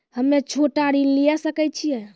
हम्मे छोटा ऋण लिये सकय छियै?